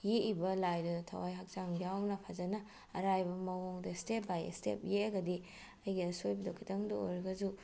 ꯌꯦꯛꯏꯕ ꯂꯥꯏꯗꯣ ꯊꯋꯥꯏ ꯍꯛꯆꯥꯡ ꯌꯥꯎꯅ ꯐꯖꯅ ꯑꯔꯥꯏꯕ ꯃꯑꯣꯡꯗ ꯁ꯭ꯇꯦꯞ ꯕꯥꯏ ꯁ꯭ꯇꯦꯞ ꯌꯦꯛꯑꯒꯗꯤ ꯑꯩꯒꯤ ꯑꯁꯣꯏꯕꯗꯣ ꯈꯤꯇꯪꯇ ꯑꯣꯏꯔꯒꯁꯨ